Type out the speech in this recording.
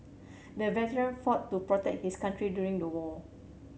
the veteran fought to protect his country during the war